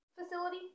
facility